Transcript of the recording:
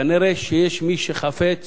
כנראה, יש מי שחפץ